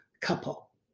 couple